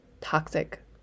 toxic